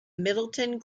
middleton